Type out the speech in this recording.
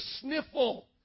sniffle